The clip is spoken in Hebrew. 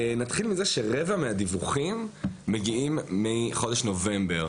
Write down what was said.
נתחיל מזה שרבע מהדיווחים מגיעים מחודש נובמבר